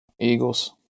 Eagles